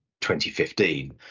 2015